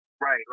Right